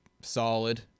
solid